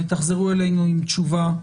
תחזרו אלינו עם תשובה ניסוחית.